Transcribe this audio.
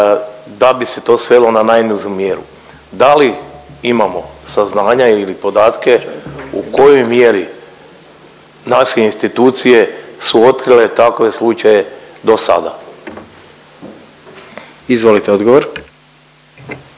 da bi se to svelo na najnižu mjeru. Da li imamo saznanja ili podatke u kojoj mjeri naše institucije su otkrile takve slučaje do sada? **Jandroković,